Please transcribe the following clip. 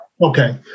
Okay